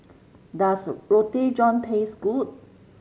does Roti John taste good